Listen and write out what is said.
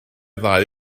ddau